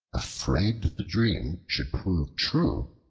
afraid the dream should prove true,